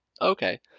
Okay